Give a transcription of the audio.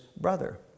brother